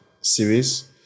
series